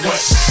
West